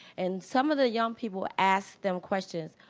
and some of the young people asked them questions.